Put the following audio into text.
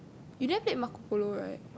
you didn't play Marco-Polo right